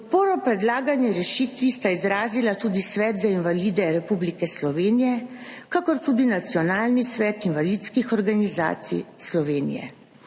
Podporo predlagani rešitvi sta izrazila tako Svet za invalide Republike Slovenije kakor tudi Nacionalni svet invalidskih organizacij Slovenije,